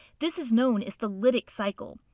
this is known as the lytic cycle.